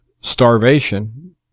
starvation